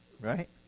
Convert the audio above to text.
Right